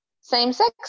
same-sex